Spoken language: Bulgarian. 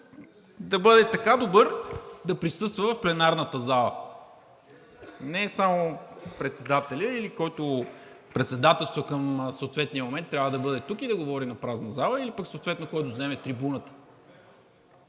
да бъде така добър да присъства в пленарната зала. Не само председателят или който председателства към съответния момент трябва да бъде тук и да говори на празна зала или пък съответно, който излезе на трибуната.